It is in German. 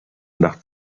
nach